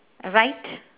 right